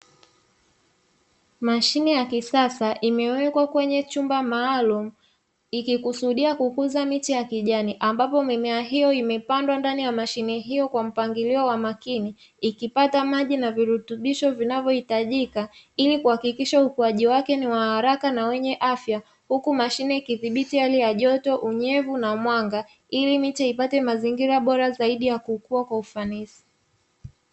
Mashine ya kisasa imewekwa kwenye chumba maalumu ikikusudia kukuza miti ya kijani ambapo mimea hiyo imepandwa ndani ya mashine hiyo kwa mpangilio wa makini ikipata maji na virutubisho vinavyohitajika ili kuhakikisha ukuaji wake ni wa haraka na wenye afya huku mashine ikidhibiti hali ya joto, unyevu na mwanga ili miche ipate mazingira bora zaidi ya kuukuwa kwa ufanisi.